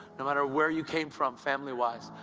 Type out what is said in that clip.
no matter where you came from family-wise,